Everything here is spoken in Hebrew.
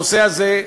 הנושא הזה,